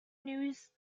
news